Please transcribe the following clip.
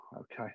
Okay